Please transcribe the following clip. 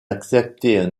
accepter